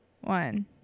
one